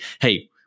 hey